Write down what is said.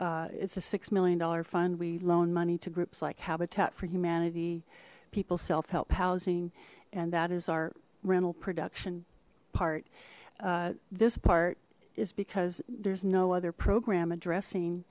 we it's a six million dollar fund we loan money to groups like habitat for humanity people self help housing and that is our rental production part this part is because there's no other program addressing